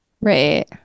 Right